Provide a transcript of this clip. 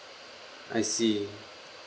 I see